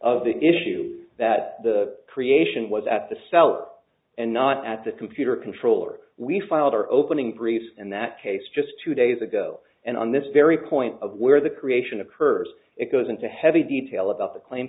of the issue that the creation was at the cell and not at the computer controller we filed our opening brief and that case just two days ago and on this very point of where the creation occurs it goes into heavy detail about the claim